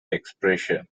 expression